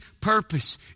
purpose